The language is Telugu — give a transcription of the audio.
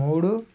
మూడు